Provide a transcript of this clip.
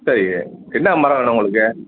சரி என்ன மரம் வேணும் உங்களுக்கு